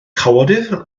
cawodydd